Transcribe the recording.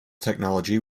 technology